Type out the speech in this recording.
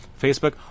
facebook